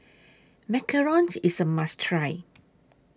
Macarons IS A must Try